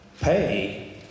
pay